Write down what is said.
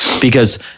Because-